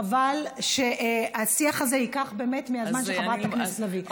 חבל שהשיח הזה ייקח באמת מהזמן של חברת הכנסת לביא.